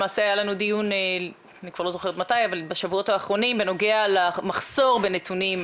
למעשה היה לנו דיון בשבועות האחרונים בנוגע למחסור בנתונים,